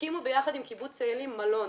הקים ביחד עם קיבוץ צאלים מלון.